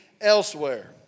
elsewhere